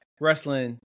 wrestling